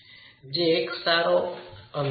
જે એક સારો અંદાજ છે